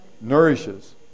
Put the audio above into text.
Nourishes